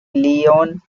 leon